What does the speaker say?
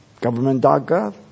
government.gov